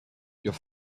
your